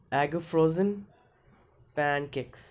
egg frozen pan cakes